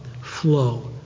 flow